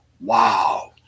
Wow